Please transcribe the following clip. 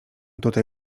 tutaj